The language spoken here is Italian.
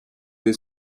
dei